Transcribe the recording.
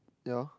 yeah